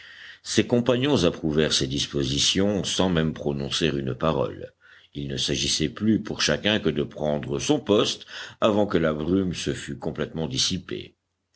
ses compagnons approuvèrent ces dispositions sans même prononcer une parole il ne s'agissait plus pour chacun que de prendre son poste avant que la brume se fût complètement dissipée